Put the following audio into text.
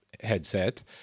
headset